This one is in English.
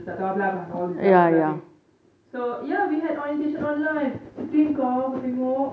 tak tahu bla~ ah all these blah blah things so ya we had orientation online sedih engkau kau tengok